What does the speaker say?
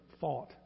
thought